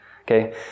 Okay